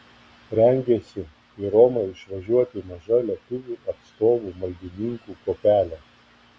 rengiasi į romą išvažiuoti maža lietuvių atstovų maldininkų kuopelė